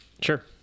Sure